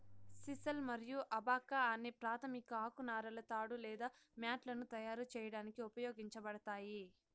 sisal మరియు abaca అనే ప్రాధమిక ఆకు నారలు తాడు లేదా మ్యాట్లను తయారు చేయడానికి ఉపయోగించబడతాయి